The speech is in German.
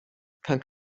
kann